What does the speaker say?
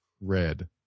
Red